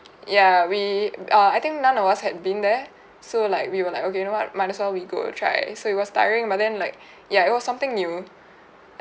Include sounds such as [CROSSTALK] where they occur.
ya we err I think none of us had been there [BREATH] so like we were like okay you know what might as well we go try so it was tiring but then like [BREATH] ya it was something new [BREATH]